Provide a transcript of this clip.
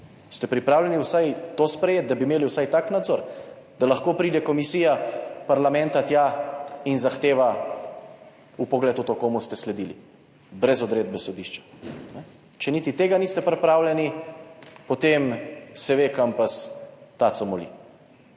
Ste pripravljeni sprejeti vsaj to, da bi imeli vsaj tak nadzor, da lahko pride parlamentarna komisija tja in zahteva vpogled v to, komu ste sledili? Brez odredbe sodišča. Če niti tega niste pripravljeni, potem se ve, kam pes taco moli.